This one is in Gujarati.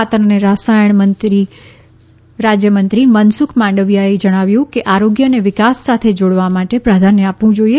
ખાતર અને રસાયણ રાજ્યમંત્રી મનસુખ માંડવીયાએ જણાવ્યું કે આરોગ્યને વિકાસ સાથે જોડવા માટે પ્રાધાન્ય આપવું જોઈએ